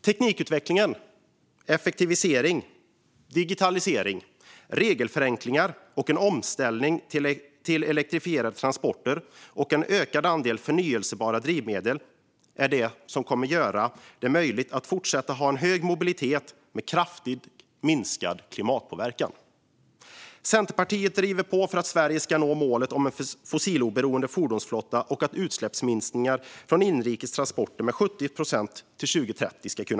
Teknikutveckling, effektivisering, digitalisering, regelförenklingar och en omställning till elektrifierade transporter och en ökad andel förnybara drivmedel är det som kommer att göra det möjligt att fortsatt ha en hög mobilitet med kraftigt minskad klimatpåverkan. Centerpartiet driver på för att Sverige ska nå målet om en fossiloberoende fordonsflotta och utsläppsminskningar från inrikes transporter med 70 procent till 2030.